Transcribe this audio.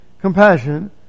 compassion